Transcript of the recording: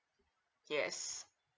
yes